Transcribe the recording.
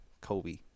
Kobe